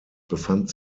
befand